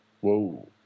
Whoa